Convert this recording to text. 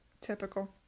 Typical